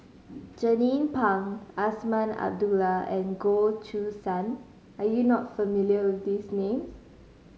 Jernnine Pang Azman Abdullah and Goh Choo San are you not familiar with these names